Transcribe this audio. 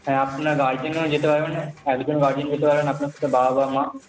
হ্যাঁ আপনার গার্জেনও যেতে পারবে একজন গার্জেন হতে পারেন আপনার সেটা বাবা বা মা